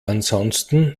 ansonsten